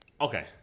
Okay